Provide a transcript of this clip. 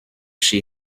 she